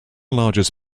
largest